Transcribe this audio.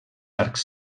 arcs